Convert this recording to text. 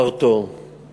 שכותרתו